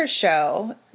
show